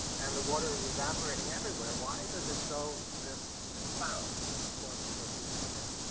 and the water is evaporating everywhere, why does it go to this cloud forming what you see there?